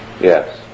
Yes